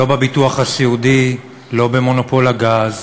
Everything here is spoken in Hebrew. לא בביטוח הסיעודי, לא במונופול הגז,